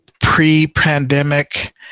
pre-pandemic